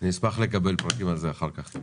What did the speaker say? אשמח לקבל פרטים בנושא אחר כך.